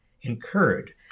incurred